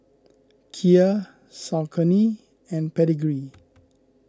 Kia Saucony and Pedigree